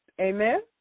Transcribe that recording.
Amen